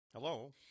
Hello